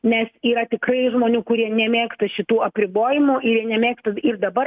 nes yra tikrai žmonių kurie nemėgsta šitų apribojimų nemėgsta ir dabar